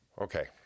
Okay